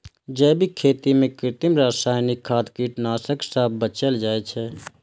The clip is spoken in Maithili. जैविक खेती मे कृत्रिम, रासायनिक खाद, कीटनाशक सं बचल जाइ छै